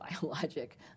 biologic